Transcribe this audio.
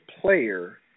player